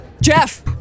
Jeff